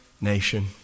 nation